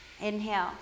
Inhale